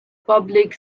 public